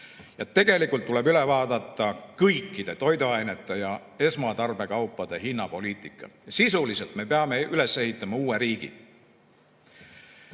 tegelikult tuleb üle vaadata kõikide toiduainete ja esmatarbekaupade hinna poliitika. Sisuliselt me peame üles ehitama uue riigi.